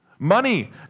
Money